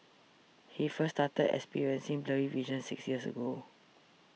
he first started experiencing blurry vision six years ago